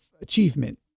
achievement